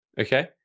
Okay